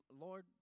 Lord